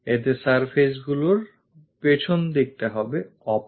এতে surfaceগুলির পেছনদিকটা হবে opaque